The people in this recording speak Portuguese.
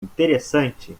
interessante